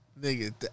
Nigga